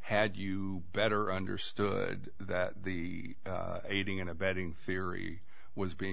had you better understood that the aiding and abetting fieri was being